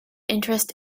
interest